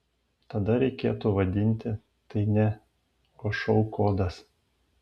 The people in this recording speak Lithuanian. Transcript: tada reikėtų vadinti tai ne o šou kodas